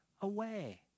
away